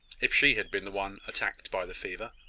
if she had been the one attacked by the fever.